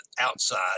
outside